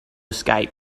escape